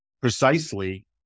precisely